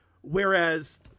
whereas